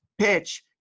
PITCH